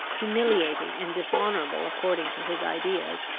humiliating and dishonourable according to his ideas,